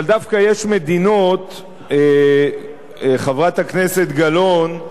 אבל דווקא יש מדינות, חברת הכנסת גלאון,